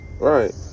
Right